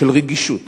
של רגישות,